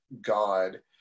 God